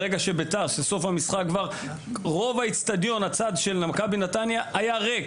בסוף המשחק רוב הצד של מכבי נתניה באצטדיון היה ריק.